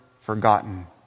forgotten